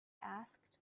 asked